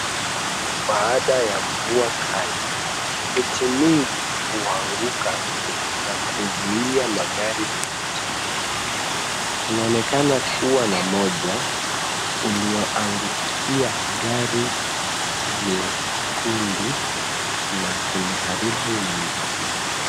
Baada ya mvua kali, miti mingi huanguka na kuzuia magari kupita. Kunaonekana kuwa na moja ulioangukia gari jekundu na kuliharibu mno.